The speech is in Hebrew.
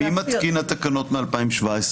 מי מתקין את התקנות מ-2017?